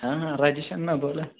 हां हां राजेश अन्ना बोला